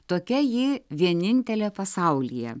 tokia ji vienintelė pasaulyje